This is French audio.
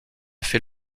fait